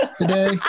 today